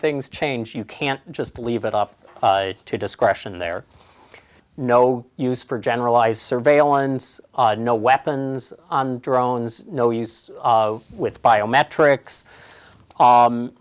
things change you can't just leave it up to discretion there is no use for generalized surveillance no weapons on drones no use with biometrics u